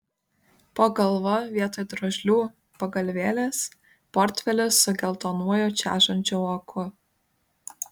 po galva vietoj drožlių pagalvėlės portfelis su geltonuoju čežančiu voku